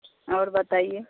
اور بتائیے